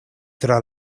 tra